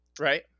right